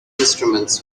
instruments